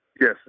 Yes